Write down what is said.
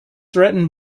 threatened